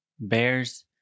bears